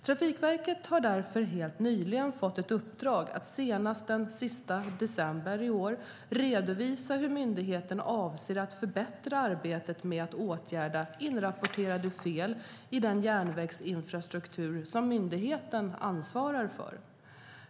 Trafikverket har därför helt nyligen fått ett uppdrag att senast den 31 december i år redovisa hur myndigheten avser att förbättra arbetet med att åtgärda inrapporterade fel i den järnvägsinfrastruktur som myndigheten ansvarar för.